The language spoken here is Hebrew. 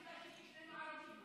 של הערבים,